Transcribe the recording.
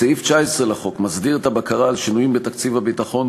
סעיף 19 לחוק מסדיר את הבקרה על שינויים בתקציב הביטחון,